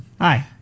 Hi